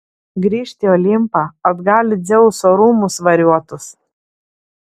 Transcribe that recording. grįžt į olimpą atgal į dzeuso rūmus variuotus